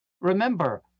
Remember